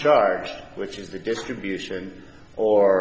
charged which is the distribution or